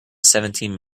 seventeen